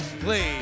Please